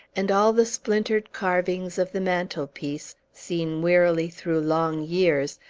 and all the splintered carvings of the mantelpiece, seen wearily through long years,